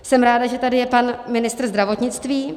Jsem ráda, že tady je pan ministr zdravotnictví.